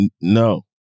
no